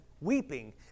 weeping